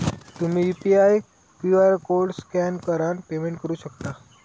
तुम्ही UPI QR code scan करान payment करू शकता